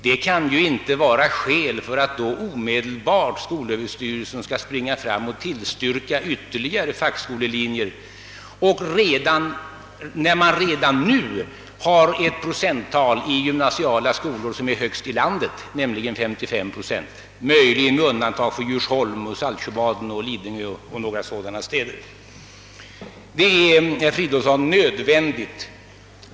Detta kan ju uppenbarligen inte vara skäl för att skolöverstyrelsen omedelbart skall springa åstad och tillstyrka ytterligare fackskolelinjer, när procenttalet härvidlag redan nu är högst i landet för gymnasiala skolor, nämligen 55 procent — möjligen med undantag för Djursholm, Saltsjöbaden, Lidingö och ytterligare några sådana städer.